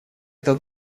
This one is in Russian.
эта